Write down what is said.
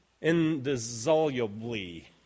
Indissolubly